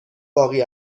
باقی